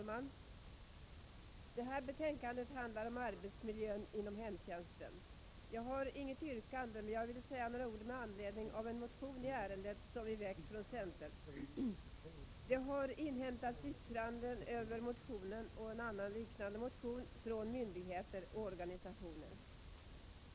Fru talman! Detta betänkande handlar om arbetsmiljön inom hemtjänsten. Jag har inget yrkande, men jag vill säga några ord med anledning av en motion i ärendet som vi väckt från centern. Det har inhämtats yttranden från myndigheter och organisationer över denna och en annan liknande motion.